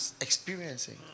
experiencing